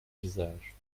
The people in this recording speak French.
visage